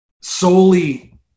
solely